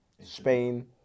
Spain